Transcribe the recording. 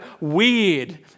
weird